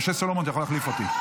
משה סולומון, אתה יכול להחליף אותי.